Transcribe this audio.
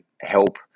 help